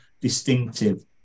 distinctive